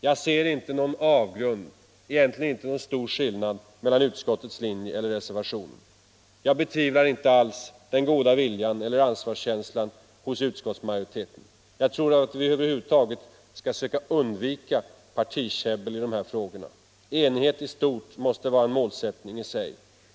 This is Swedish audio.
Jag ser inte någon stor skillnad och absolut ingen avgrund mellan utskottets linje och reservationen. Jag betvivlar inte den goda viljan eller ansvarskänslan hos utskottets majoritet. Jag tror att vi över huvud taget skall söka undvika partikäbbel i dessa frågor. Enighet i stort måste vara en målsättning i sig.